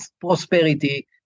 prosperity